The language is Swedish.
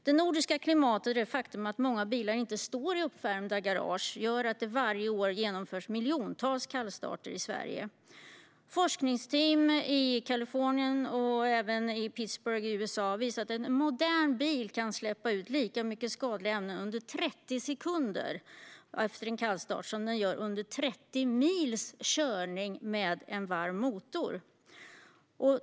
Det nordiska klimatet och det faktum att många bilar inte står i uppvärmda garage gör att det varje år genomförs miljontals kallstarter i Sverige. Forskningsteam i Kalifornien och i Pittsburgh i USA visar att en modern bil kan släppa ut lika mycket skadliga ämnen under 30 sekunder efter en kallstart som den gör under 30 mils körning med en varm motor.